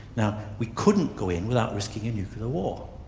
now we couldn't go in without risking a nuclear war,